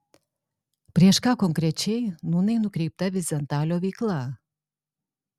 prieš ką konkrečiai nūnai nukreipta vyzentalio veikla